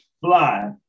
fly